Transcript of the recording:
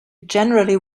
generally